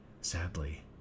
Sadly